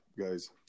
guys